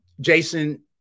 Jason